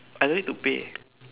I don't need to pay